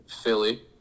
Philly